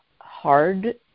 hard